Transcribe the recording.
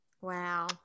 wow